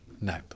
No